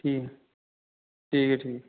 ठीक ठीक है ठीक है